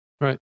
Right